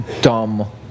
dumb